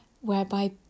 whereby